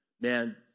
man